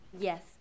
Yes